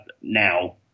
now